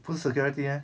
不是 security meh